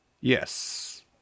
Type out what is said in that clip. Yes